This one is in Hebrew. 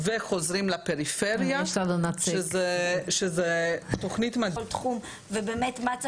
ולא בגלל שמישהו רצה ברעתו אלא בגלל שכל תחום ותחום